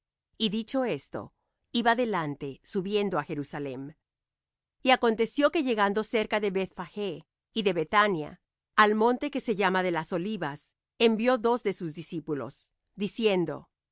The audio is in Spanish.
y dicho esto iba delante subiendo á jerusalem y aconteció que llegando cerca de bethfagé y de bethania al monte que se llama de las olivas envió dos de sus discípulos diciendo